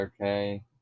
okay